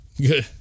good